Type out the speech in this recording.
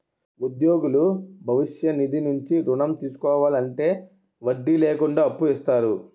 ఉద్యోగులు భవిష్య నిధి నుంచి ఋణం తీసుకోవాలనుకుంటే వడ్డీ లేకుండా అప్పు ఇస్తారు